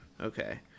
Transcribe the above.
Okay